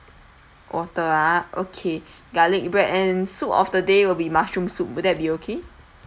water ah okay garlic bread and soup of the day will be mushroom soup would that be okay